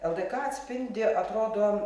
ldk atspindi atrodo